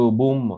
boom